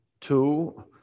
two